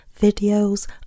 videos